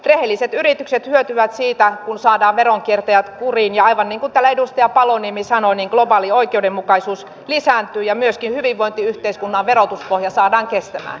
rehelliset yritykset hyötyvät siitä kun saadaan veronkiertäjät kuriin ja aivan niin kuin täällä edustaja paloniemi sanoi niin globaali oikeudenmukaisuus lisääntyy ja myöskin hyvinvointiyhteiskunnan verotuspohja saadaan kestämään